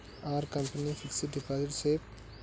Are company fixed deposit safe?